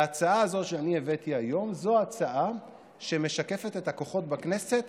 ההצעה הזאת שאני הבאתי היום זו הצעה שמשקפת את הכוחות בכנסת